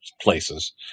places